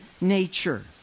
nature